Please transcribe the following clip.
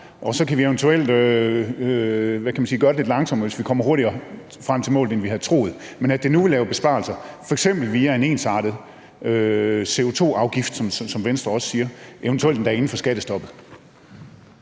hvad kan man sige – gøre det lidt langsommere, hvis vi kommer hurtigere frem til målet, end vi havde troet, men det er nu, at vi laver besparelser, f.eks. via en ensartet CO2-afgift, som Venstre også siger, eventuelt endda inden for skattestoppet?